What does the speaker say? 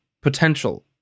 potential